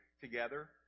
together